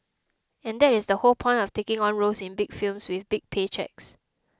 and that is the whole point of taking on roles in big films with big pay cheques